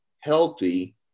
healthy